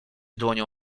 dłonią